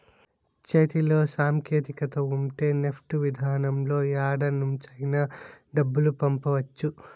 చేతిలో సాంకేతికత ఉంటే నెఫ్ట్ విధానంలో యాడ నుంచైనా డబ్బులు పంపవచ్చు